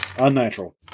Unnatural